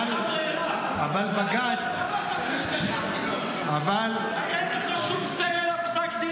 אבל בג"ץ ------ הרי אין לך שום say לפסק דין הזה.